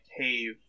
cave